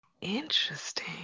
Interesting